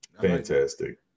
Fantastic